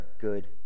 good